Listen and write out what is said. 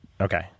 Okay